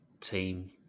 team